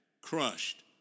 crushed